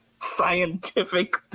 scientific